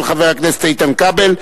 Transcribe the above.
של חבר הכנסת איתן כבל.